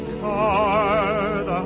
card